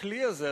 הכלי הזה,